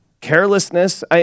carelessness